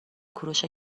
کوروش